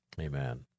Amen